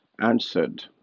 answered